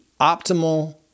optimal